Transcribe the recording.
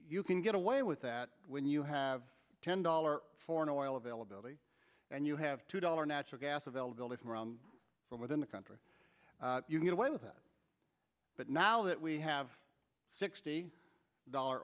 you can get away with that when you have ten dollars for an oil availability and you have two dollars natural gas availability from from within the country you can get away with it but now that we have sixty dollar